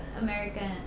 american